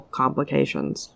complications